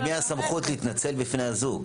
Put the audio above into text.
למי הסמכות להתנצל בפני הזוג?